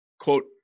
quote